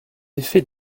effet